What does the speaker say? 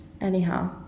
Anyhow